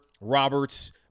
Roberts